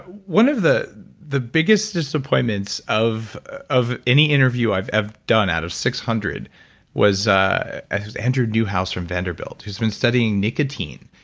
one of the the biggest disappointments of of any interview i've i've done out of six hundred was ah andrew newhouse from vanderbilt who's been studying nicotine.